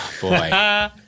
Boy